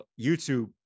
YouTube